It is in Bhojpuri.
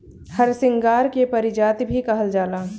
हरसिंगार के पारिजात भी कहल जाला